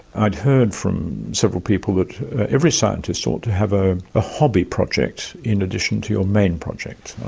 i had heard from several people that every scientist ought to have ah a hobby project in addition to your main project. i